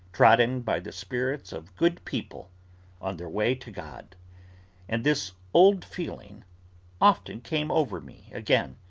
trodden by the spirits of good people on their way to god and this old feeling often came over me again,